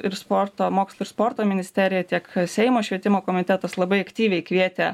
ir sporto mokslo ir sporto ministerija tiek seimo švietimo komitetas labai aktyviai kvietė